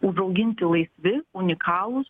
užauginti laisvi unikalūs